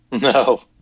No